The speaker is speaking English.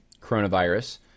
coronavirus